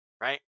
right